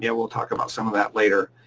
yeah we'll talk about some of that later.